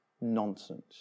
nonsense